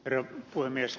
red bull mies